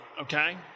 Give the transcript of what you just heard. okay